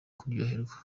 kuryoherwa